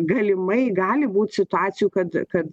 galimai gali būt situacijų kad kad